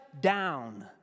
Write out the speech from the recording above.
down